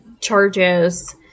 charges